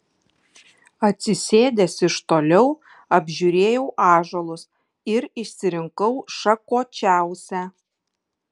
atsisėdęs iš toliau apžiūrėjau ąžuolus ir išsirinkau šakočiausią